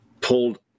pulled